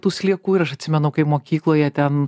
tų sliekų ir aš atsimenu kaip mokykloje ten